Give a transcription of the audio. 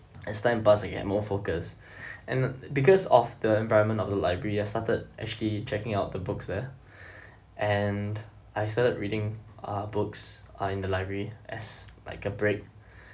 as time passed I get more focused and because of the environment of the library I started actually checking out the books there and I started reading uh books uh in the library as like a break